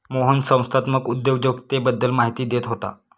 मोहन संस्थात्मक उद्योजकतेबद्दल माहिती देत होता